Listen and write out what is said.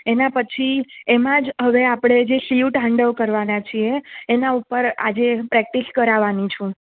એના પછી એમાં જ હવે આપણે જે શિવ તાંડવ કરવાના છીએ એના ઉપર આજે પ્રેક્ટિસ કરાવવાની છું